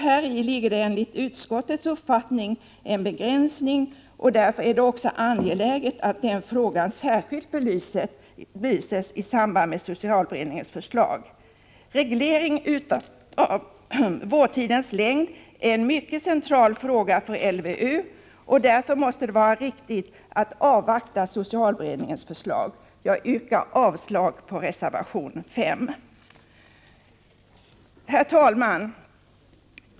Häri ligger det enligt utskottets uppfattning en begränsning, och därför är det angeläget att den frågan särskilt belyses i samband med socialberedningens förslag. Reglering av vårdtidens längd är en mycket central fråga för LVU, och därför måste det vara riktigt att avvakta socialberedningens förslag. Jag yrkar avslag på reservation 5. Herr talman!